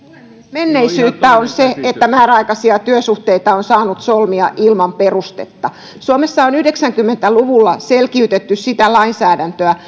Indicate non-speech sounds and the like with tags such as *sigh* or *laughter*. menneisyyttä on se että määräaikaisia työsuhteita on saanut solmia ilman perustetta suomessa on yhdeksänkymmentä luvulla selkiytetty sitä lainsäädäntöä *unintelligible*